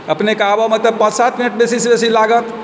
अपनेके आबयमे तऽ पाँच सात मिनट बेसीसँ बेसी लागत